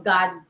God